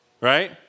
right